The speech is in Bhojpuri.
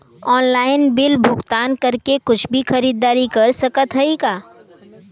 ऑनलाइन बिल भुगतान करके कुछ भी खरीदारी कर सकत हई का?